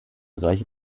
solche